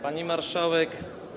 Pani Marszałek!